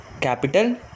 Capital